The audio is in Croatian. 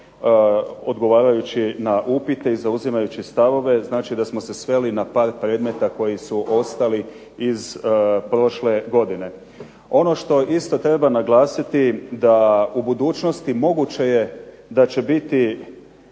odgovarajući na upite i zauzimajući stavove, znači da smo se sveli na par predmeta koji su ostali iz prošle godine. Ono što isto treba naglasiti da u budućnosti moguće je da će biti